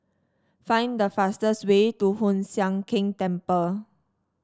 find the fastest way to Hoon Sian Keng Temple